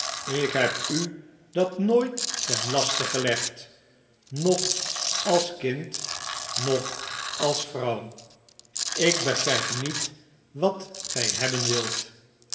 ik heb u dat nooit ten laste gelegd noch als kind noch als vrouw ik begijp niet wat gij hebben wilt